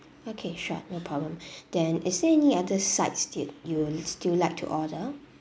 okay sure no problem then is there any other sides dish you still like to order